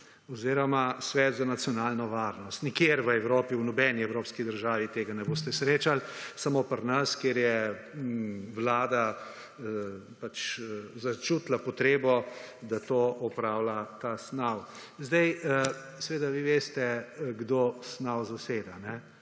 oziroma Svet za nacionalno varnost. Nikjer v Evropi, v nobeni evropski državi tega ne boste srečali, samo pri nas, kjer je vlada pač začutila potrebo, da to opravlja ta SNAV. Zdaj seveda vi veste, kdo SNAV zaseda,